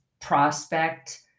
prospect